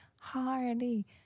Hardy